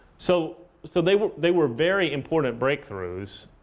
so so they were they were very important breakthroughs.